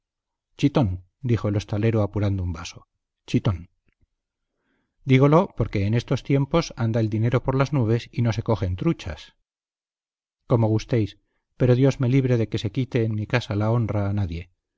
chitón dijo el hostalero apurando un vaso chitón dígolo porque en estos tiempos anda el dinero por las nubes y no se cogen truchas como gustéis pero dios me libre de que se quite en mi casa la honra a nadie